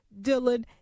Dylan